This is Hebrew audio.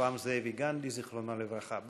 רחבעם זאבי גנדי, זיכרונו לברכה.